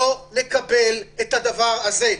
לא נקבל את הדבר הזה.